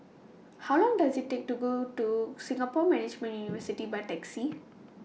How Long Does IT Take to Go to Singapore Management University By Taxi